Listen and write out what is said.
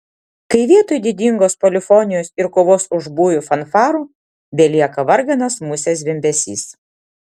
kai vietoj didingos polifonijos ir kovos už būvį fanfarų belieka varganas musės zvimbesys